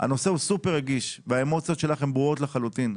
הנושא הוא סופר רגיש והאמוציות שלך הן ברורות לחלוטין,